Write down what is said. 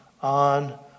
on